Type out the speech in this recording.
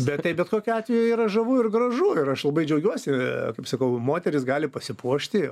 bet tai bet kokiu atveju yra žavu ir gražu ir aš labai džiaugiuosi kaip sakau moterys gali pasipuošti